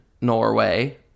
Norway